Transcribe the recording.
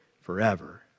forever